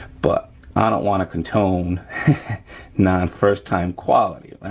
but i don't wanna condone non first time quality,